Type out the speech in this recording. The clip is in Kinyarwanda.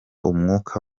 umwuka